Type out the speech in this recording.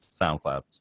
SoundCloud